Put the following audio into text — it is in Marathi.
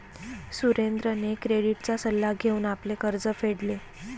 सुरेंद्रने क्रेडिटचा सल्ला घेऊन आपले कर्ज फेडले